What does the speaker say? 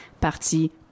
Parti